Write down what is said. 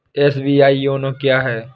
SBI YONO क्या है?